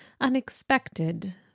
unexpected